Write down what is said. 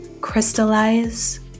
crystallize